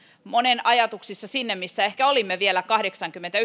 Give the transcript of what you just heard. monen ajatuksissa sinne missä ehkä olimme vielä kahdeksankymmentä